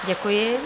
Děkuji.